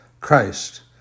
Christ